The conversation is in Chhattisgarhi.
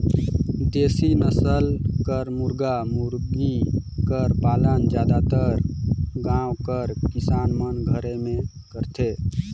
देसी नसल कर मुरगा मुरगी कर पालन जादातर गाँव कर किसान मन घरे में करथे